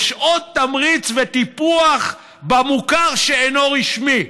לשעות תמריץ וטיפוח במוכר שאינו רשמי,